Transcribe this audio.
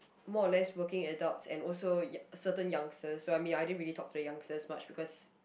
more or less working adults and also yo~ certain youngster I mean I don't really talk to the youngsters much because